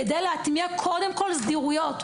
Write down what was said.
כדי להטמיע קודם כל סדירויות.